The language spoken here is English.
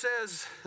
says